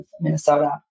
Minnesota